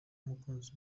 umukunzi